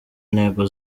intego